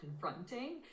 confronting